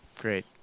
Great